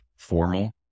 formal